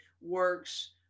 works